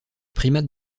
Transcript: primates